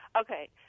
Okay